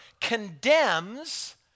condemns